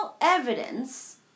evidence